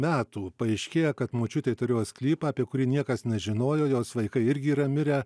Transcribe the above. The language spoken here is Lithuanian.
metų paaiškėja kad močiutė turėjo sklypą apie kurį niekas nežinojo jos vaikai irgi yra mirę